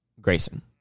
Grayson